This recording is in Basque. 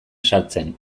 sartzen